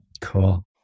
Cool